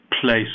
place